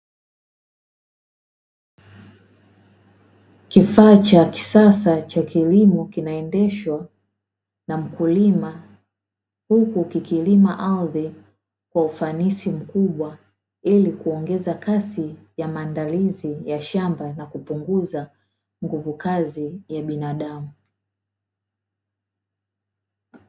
Kifaa cha kisasa cha kilimo kinaendeshwa na mkulima, huku kikilima ardhi wa ufanisi mkubwa. Ili kuongeza kasi ya maandalizi ya shamba, na kupunguza nguvu kazi ya binadamu.